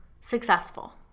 successful